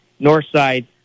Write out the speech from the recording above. Northside